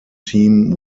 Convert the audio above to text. team